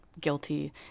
guilty